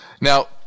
Now